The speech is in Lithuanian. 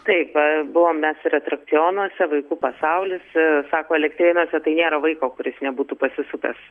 taip buvom mes ir atrakcionuose vaikų pasaulis sako elektrėnuose tai nėra vaiko kuris nebūtų pasisupęs